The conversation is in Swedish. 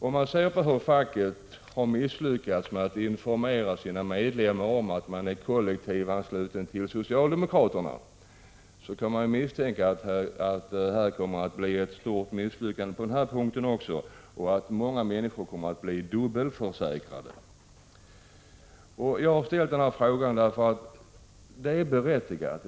Om man ser hur facket har misslyckats med att informera sina medlemmar om att de är kollektivanslutna till socialdemokraterna, kan man ju misstänka att det kommer att bli ett stort misslyckande på det här området också och att många människor kommer att bli dubbelförsäkrade. Jag har ställt frågan därför att den är berättigad.